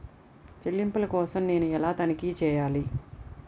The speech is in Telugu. చెల్లింపుల కోసం నేను ఎలా తనిఖీ చేయాలి?